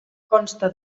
consta